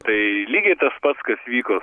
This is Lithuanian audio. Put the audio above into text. tai lygiai tas pats kas vyko